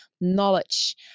knowledge